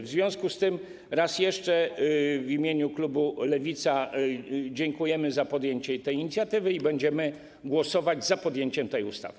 W związku z tym raz jeszcze w imieniu klubu Lewica dziękujemy za podjęcie tej inicjatywy i będziemy głosować za przyjęciem tej ustawy.